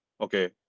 okay